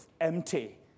empty